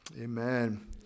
Amen